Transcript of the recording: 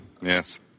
Yes